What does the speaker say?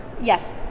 yes